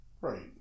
Right